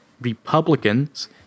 Republicans